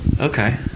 Okay